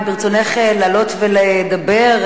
אם ברצונך לעלות ולדבר,